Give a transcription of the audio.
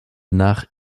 nach